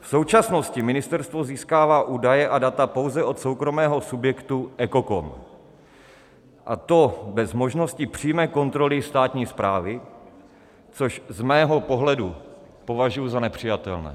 V současnosti ministerstvo získává údaje a data pouze od soukromého subjektu EKOKOM, a to bez možnosti přímé kontroly státní správy, což z mého pohledu považuji za nepřijatelné.